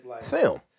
film